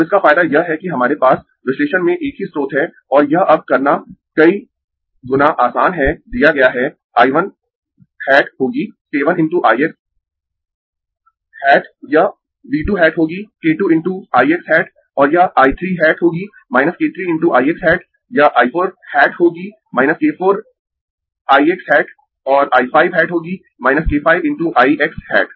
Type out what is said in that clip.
अब इसका फायदा यह है कि हमारे पास विश्लेषण में एक ही स्रोत है और यह अब करना कई × गुना आसान है दिया गया है I 1 हैट होगी k 1 × I x हैट यह V 2 हैट होगी k 2 × I x हैट और यह I 3 हैट होगी k 3 × I x हैट यह I 4 हैट होगी k 4 I x हैट और I 5 हैट होगी k 5 × I x हैट